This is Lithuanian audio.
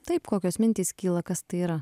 taip kokios mintys kyla kas tai yra